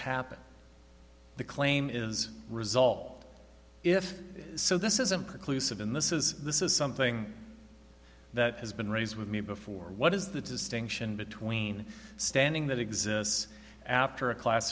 happened the claim is result if so this isn't conclusive in this is this is something that has been raised with me before what is the distinction between standing that exists after a class